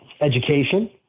education